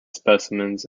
specimens